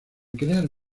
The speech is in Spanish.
crear